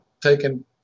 taken